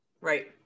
Right